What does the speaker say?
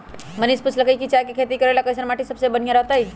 मनीष पूछलकई कि चाय के खेती करे ला कईसन माटी सबसे बनिहा रहतई